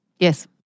Yes